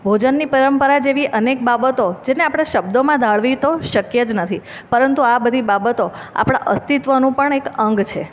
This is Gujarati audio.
ભોજનની પરંપરા જેવી અનેક બાબતો જેને આપણે શબ્દોમાં ઢાળવી તો શક્ય જ નથી પરંતુ આ બધી બાબતો આપણાં અસ્તિત્ત્વનું પણ એક અંગ છે